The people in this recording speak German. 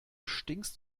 stinkst